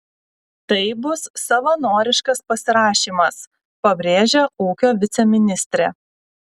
tai bus savanoriškas pasirašymas pabrėžia ūkio viceministrė